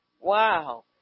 Wow